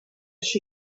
she